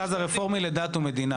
המרכז הרפורמי לדת ומדינה,